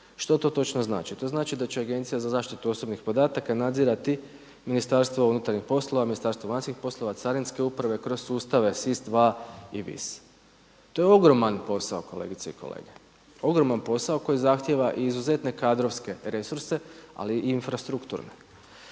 Što to točno znači? To znači da će Agencija za zaštitu osobnih podataka nadzirati Ministarstvo unutarnjih poslova, Ministarstvo vanjskih poslova, carinske uprave kroz sustave SIS II i VIS. To je ogroman posao kolegice i kolege, ogroman posao koji zahtjeva i izuzetne kadrovske resurse ali i infrastrukturne.